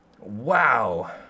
Wow